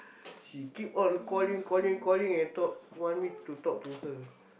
she keep on callin calling calling and talk want me to talk to her